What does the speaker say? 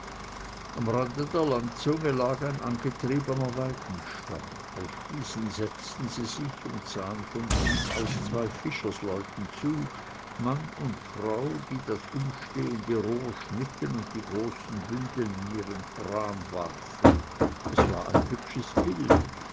am rande der landzunge lag ein angetriebener weidenstamm auf diesen setzten sie sich und sahen von ihm aus zwei fischersleuten zu mann und frau die das umstehende rohr schnitten und die großen bündel in ihren prahm warfen es war ein hübsches bild